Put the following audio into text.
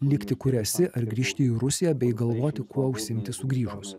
likti kur esi ar grįžti į rusiją bei galvoti kuo užsiimti sugrįžus